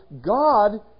God